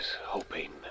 hoping